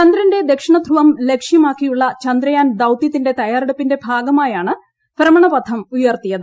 ചന്ദ്രന്റെ ദക്ഷിണധ്രുവം ലക്ഷ്മാക്കിയുള്ള ചന്ദ്രയാൻ ദൌത്യത്തിന്റെ തയ്യാറെടുപ്പിന്റെ ഭാഗമായാണ് ഭ്രമണപഥം ഉയർത്തിയത്